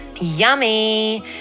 Yummy